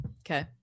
Okay